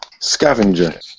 Scavenger